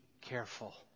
careful